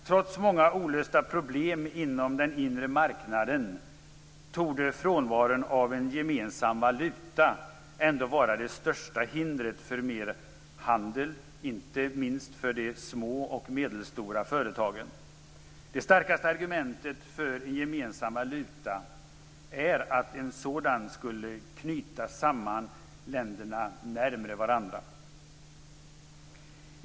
Trots många olösta problem inom den inre marknaden torde frånvaron av en gemensam valuta ändå vara det största hindret för mer handel, inte minst för de små och medelstora företagen. Det starkaste argumentet för en gemensam valuta är att en sådan skulle knyta samman länderna närmare varandra.